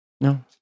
no